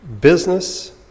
business